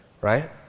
right